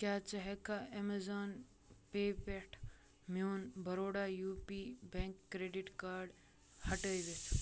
کیٛاہ ژٕ ہٮ۪کہٕ اَمیزن پے پٮ۪ٹھ میون Baroda U P bank credit card ہٹٲوِتھ ؟